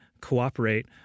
cooperate